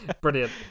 Brilliant